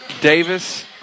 Davis